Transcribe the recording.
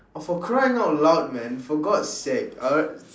oh for crying out loud man for god's sake I'll